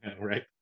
Right